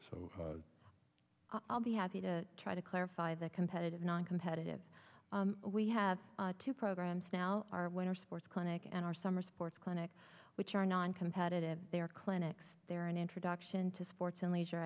so i'll be happy to try to clarify that competitive noncompetitive we have two programs now our winter sports clinic and our summer sports clinic which are noncompetitive there clinics there are an introduction to sports and leisure